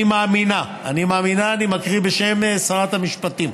אני מאמינה, אני מקריא בשם שרת המשפטים,